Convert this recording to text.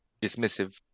dismissive